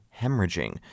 hemorrhaging